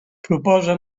proposa